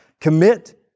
Commit